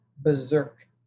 berserk